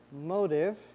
motive